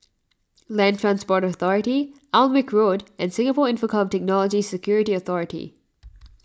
Land Transport Authority Alnwick Road and Singapore Infocomm Technology Security Authority